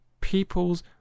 people's